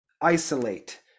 isolate